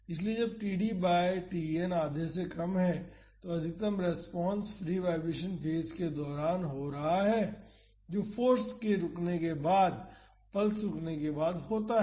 इसलिए जब td by Tn आधे से कम है तो अधिकतम रेस्पॉन्स फ्री वाईब्रेशन फेज के दौरान हो रहा है जो फाॅर्स के रुकने के बाद पल्स रुकने के बाद होता है